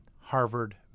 Harvard